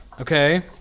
Okay